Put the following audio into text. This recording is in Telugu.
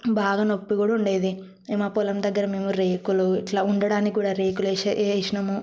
బాగా నొప్పి కూడా ఉండేది మా పొలం దగ్గర మేము రేకులు ఇట్లా ఉండడానికి కూడా రేకులు వేసి వేసినాము